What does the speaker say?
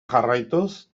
jarraituz